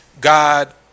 god